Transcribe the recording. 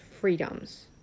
freedoms